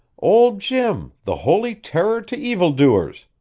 old jim, the holy terror to evildoers.